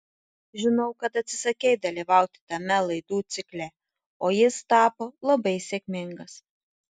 žinau kad atsisakei dalyvauti tame laidų cikle o jis tapo labai sėkmingas